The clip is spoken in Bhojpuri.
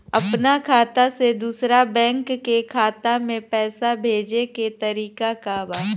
अपना खाता से दूसरा बैंक के खाता में पैसा भेजे के तरीका का बा?